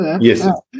yes